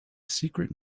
secret